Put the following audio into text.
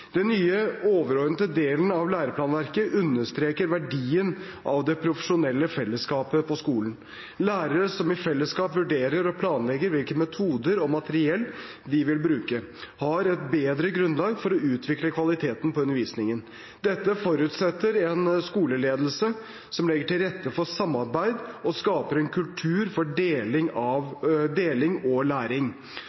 Den nye overordnede delen av læreplanverket understreker verdien av det profesjonelle fellesskapet på skolen. Lærere som i fellesskap vurderer og planlegger hvilke metoder og materiell de vil bruke, har et bedre grunnlag for å utvikle kvaliteten på undervisningen. Dette forutsetter en skoleledelse som legger til rette for samarbeid og skaper en kultur for deling